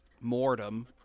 mortem